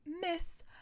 Miss